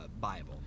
bible